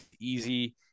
easy